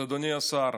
אז אדוני השר,